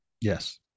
Yes